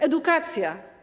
Edukacja.